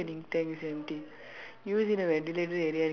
if you replace the cartridge only when in tank is empty